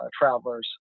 travelers